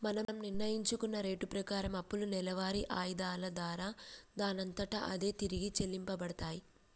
మనం నిర్ణయించుకున్న రేటు ప్రకారం అప్పులు నెలవారి ఆయిధాల దారా దానంతట అదే తిరిగి చెల్లించబడతాయి